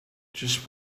just